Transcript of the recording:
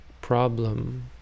problem